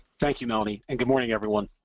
thank you, melanie, and good morning everyone.